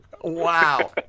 Wow